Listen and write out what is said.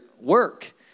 work